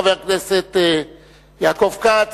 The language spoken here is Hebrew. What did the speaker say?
חבר הכנסת יעקב כץ,